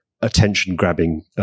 attention-grabbing